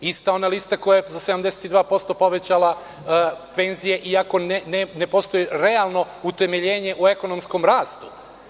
Ista ona lista koja je za 72% povećala penzije iako ne postoji realno utemeljenje u ekonomskom rastu.